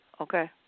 okay